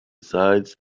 besides